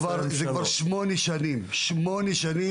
נמצא בפעילות מאוד חכמה ומאוד יסודית,